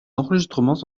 enregistrements